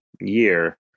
year